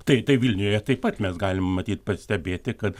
tai tai vilniuje taip pat mes galim matyt pastebėti kad